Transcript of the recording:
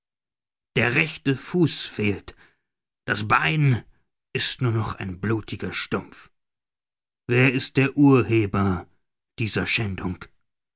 der rechte fuß fehlt das bein ist nur noch ein blutiger stumpf wer ist der urheber dieser schändung